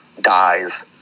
dies